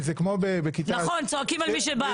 זה כמו בבית ספר - צועקים על מי שבא.